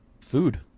Food